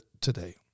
today